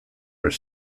are